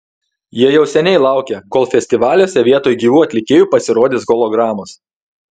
jie jau seniai laukia kol festivaliuose vietoj gyvų atlikėjų pasirodys hologramos